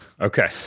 Okay